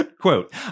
quote